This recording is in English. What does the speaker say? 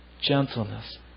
gentleness